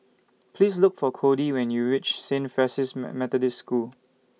Please Look For Kody when YOU REACH Saint Francis Methodist School